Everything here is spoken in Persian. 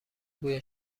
بوی